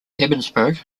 ebensburg